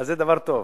זאת בעיה,